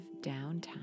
downtime